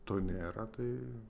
to nėra tai